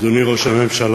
אדוני ראש הממשלה,